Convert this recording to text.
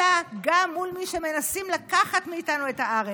אלא גם מול מי שמנסים לקחת מאיתנו את הארץ,